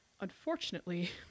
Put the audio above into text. Unfortunately